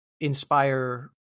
inspire